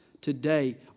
today